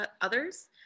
others